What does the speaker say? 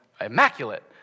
immaculate